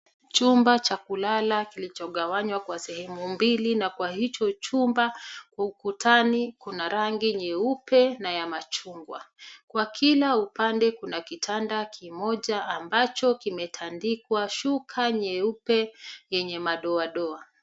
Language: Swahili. Chumba cha kulala kilicho gawanywa kwa sehemu mbili na kwa hicho chumba ukutani kuna rangi nyeupe na ya machungwa . Kwa kila upande kuna kitanda kimoja ambacho kimetandikwa shuka nyeupe yenye madoadoa.